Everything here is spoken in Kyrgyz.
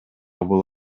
бул